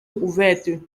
ouverte